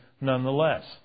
nonetheless